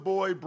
Boy